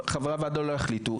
חברי הוועדה לא יחליטו,